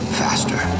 faster